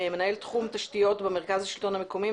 מנהל תחום תשתיות במרכז השלטון המקומי,